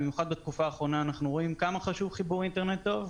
ואכן במיוחד בתקופה האחרונה אנחנו רואים כמה חשוב חיבור אינטרנט טוב,